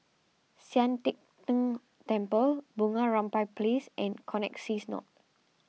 Sian Teck Tng Temple Bunga Rampai Place and Connexis North